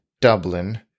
Dublin